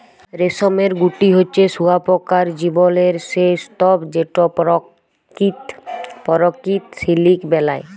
রেশমের গুটি হছে শুঁয়াপকার জীবলের সে স্তুপ যেট পরকিত সিলিক বেলায়